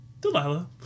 Delilah